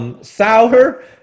Sour